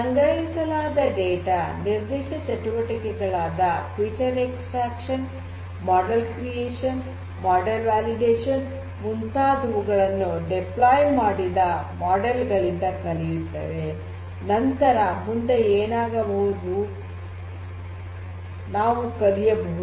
ಸಂಗ್ರಹಿಸಲಾದ ಡೇಟಾ ನಿರ್ಧಿಷ್ಟ ಚಟುವಟಿಕೆಗಳಾದ ಫೀಚರ್ ಎಕ್ಸ್ಟ್ರಾಕ್ಷನ್ ಮಾಡೆಲ್ ಸೃಷ್ಟಿ ಮಾಡೆಲ್ ವ್ಯಾಲಿಡೇಷನ್ ಮುಂತಾದವುಗಳನ್ನು ನಿಯೋಜನೆ ಮಾಡಿದ ಮಾಡೆಲ್ ಗಳಿಂದ ಕಲಿಯುತ್ತವೆ ನಂತರ ಮುಂದೆ ಏನಾಗಬಹುದೆಂದು ನಾವು ಕಲಿಯಬಹುದು